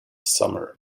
summer